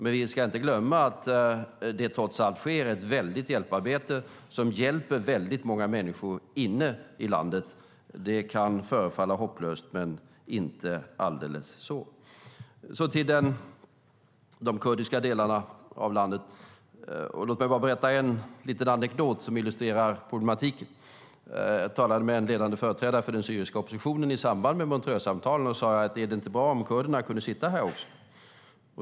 Men vi ska inte glömma att det trots allt sker ett oerhört hjälparbete som når väldigt många människor inne i landet. Det kan förefalla hopplöst, men det är inte alldeles så. Angående de kurdiska delarna av landet vill jag berätta en liten anekdot som illustrerar problematiken. Jag talade med en ledande företrädare för den syriska oppositionen i samband med Montreuxsamtalen och frågade om det inte vore bra om även kurderna kunde sitta med där.